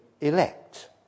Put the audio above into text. elect